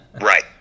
Right